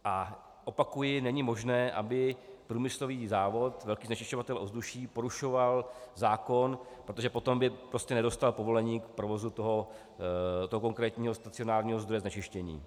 A opakuji, není možné, aby průmyslový závod, velký znečišťovatel ovzduší, porušoval zákon, protože potom by prostě nedostal povolení k provozu toho konkrétního stacionárního zdroje znečištění.